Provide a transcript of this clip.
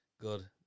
Good